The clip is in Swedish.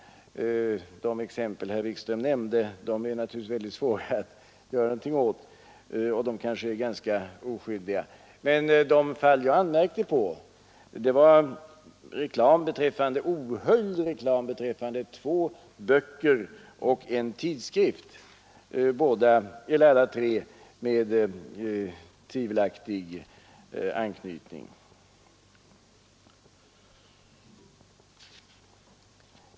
De exempel herr Wikström nämnde är naturligtvis väldigt svåra att göra någonting åt, och de är kanske ganska oskyldiga. Men de fall jag anmärkte på gällde ohöljd reklam för två böcker och en tidskrift, alla tre med tvivelaktig anknytning.